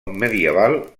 medieval